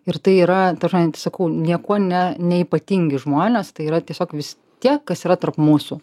ir tai yra ta prasme sakau niekuo ne neypatingi žmonės tai yra tiesiog vis tie kas yra tarp mūsų